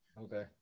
Okay